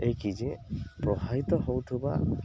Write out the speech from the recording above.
ଏହି କି ଯେ ପ୍ରଭାବିତ ହଉଥିବା